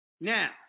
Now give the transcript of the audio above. Now